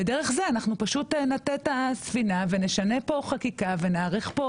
ודרך זה אנחנו פשוט נטה את הספינה ונשנה פה חקיקה ונאריך פה